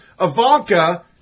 Ivanka